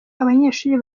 abanyeshuri